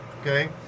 okay